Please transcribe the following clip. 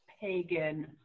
pagan